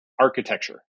architecture